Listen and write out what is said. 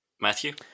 Matthew